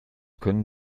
können